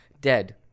dead